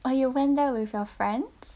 oh you went there with your friends